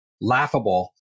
laughable